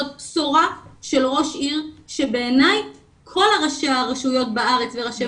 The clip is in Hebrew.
זו בשורה של ראש עיר שבעיניי כל ראשי הרשויות בארץ וראשי